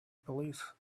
police